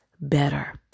better